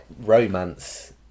romance